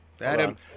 Adam